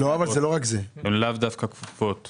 שלאו דווקא כפופות